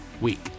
week